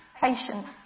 patient